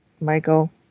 Michael